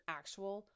actual